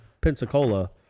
pensacola